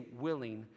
willing